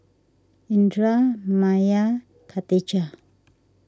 Indra Maya and Katijah